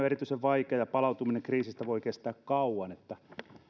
erityisen vaikea ja palautuminen kriisistä voi kestää kauan niin että